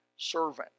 servant